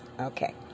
Okay